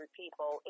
people